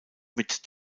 mit